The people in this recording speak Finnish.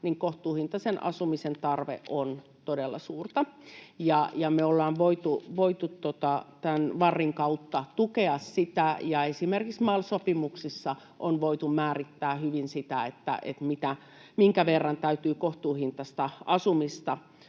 kohtuuhintaisen asumisen tarve on todella suurta. Me ollaan voitu tämän VARin kautta tukea sitä, ja esimerkiksi MAL-sopimuksissa on voitu määrittää hyvin, minkä verran täytyy kohtuuhintaista asumista